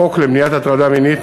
בחוק למניעת הטרדה מינית,